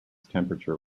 temperature